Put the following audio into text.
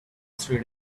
three